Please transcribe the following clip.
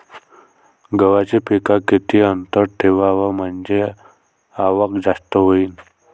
गव्हाच्या पिकात किती अंतर ठेवाव म्हनजे आवक जास्त होईन?